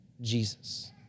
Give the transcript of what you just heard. Jesus